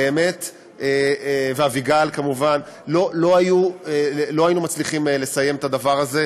באמת לא היינו מצליחים לסיים את הדבר הזה.